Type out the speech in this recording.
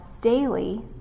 daily